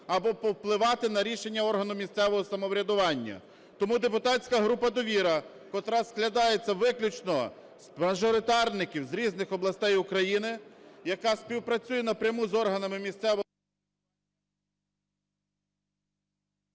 або повпливати на рішення органу місцевого самоврядування. Тому депутатська група "Довіра", котра складається виключно з мажоритарників з різних областей України, яка співпрацює напряму з органами місцевого… ГОЛОВУЮЧИЙ.